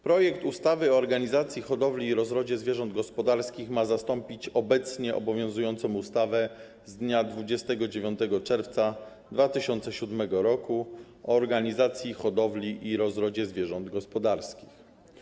Projekt ustawy o organizacji hodowli i rozrodzie zwierząt gospodarskich ma zastąpić obecnie obowiązującą ustawę z dnia 29 czerwca 2007 r. o organizacji hodowli i rozrodzie zwierząt gospodarskich.